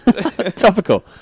topical